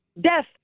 death